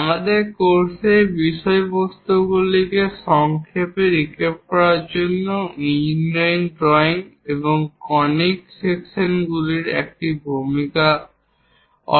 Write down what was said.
আমাদের কোর্সের বিষয়বস্তুগুলিকে সংক্ষেপে রিক্যাপ করার জন্য ইঞ্জিনিয়ারিং ড্রয়িং এবং কনিক সেকশনগুলির একটি ভূমিকা